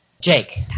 Jake